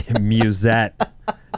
Musette